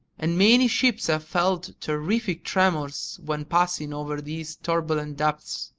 and many ships have felt terrific tremors when passing over these turbulent depths.